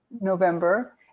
November